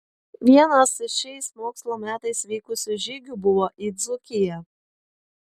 vienas iš šiais mokslo metais vykusių žygių buvo į dzūkiją